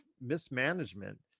mismanagement